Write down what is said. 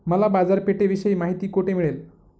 मला बाजारपेठेविषयी माहिती कोठे मिळेल?